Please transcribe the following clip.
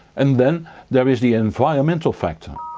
and then there is the environmental factor.